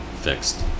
fixed